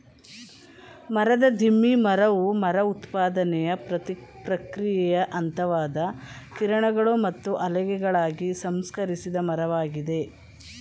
ಮರದ ದಿಮ್ಮಿ ಮರವು ಮರ ಉತ್ಪಾದನೆಯ ಪ್ರಕ್ರಿಯೆಯ ಹಂತವಾದ ಕಿರಣಗಳು ಮತ್ತು ಹಲಗೆಗಳಾಗಿ ಸಂಸ್ಕರಿಸಿದ ಮರವಾಗಿದೆ